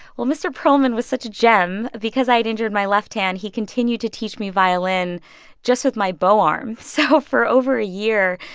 well, mr. perlman was such a gem. because i'd injured my left hand, he continued to teach me violin just with my bow arm. so for over a year,